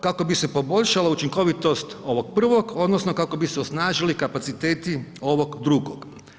Kako bi se poboljšala učinkovitost ovog prvog, odnosno kako bi se osnažili kapaciteti ovog drugog.